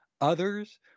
Others